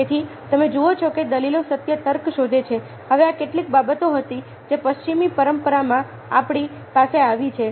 તેથી તમે જુઓ છો કે દલીલો સત્ય તર્ક શોધે છે હવે આ કેટલીક બાબતો હતી જે પશ્ચિમી પરંપરામાં આપણી પાસે આવી છે